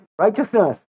righteousness